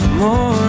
more